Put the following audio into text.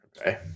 Okay